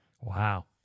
Wow